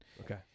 Okay